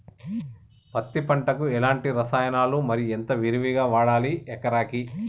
పత్తి పంటకు ఎలాంటి రసాయనాలు మరి ఎంత విరివిగా వాడాలి ఎకరాకి?